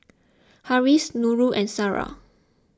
Harris Nurul and Sarah